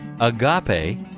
Agape